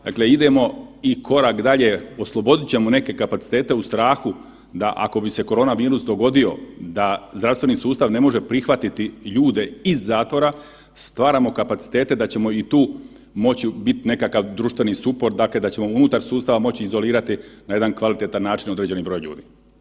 Dakle, idemo i korak dalje, oslobodit ćemo neke kapacitete u strahu da, ako bi se koronavirus dogodio, da zdravstveni sustav ne može prihvatiti ljude iz zatvora, stvaramo kapacitete da ćemo i tu moći biti nekakav društveni suport, dakle da ćemo unutar sustava moći izolirati na jedan kvalitetan način određeni broj ljudi.